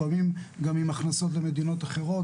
לפעמים גם עם הכנסות למדינות אחרות,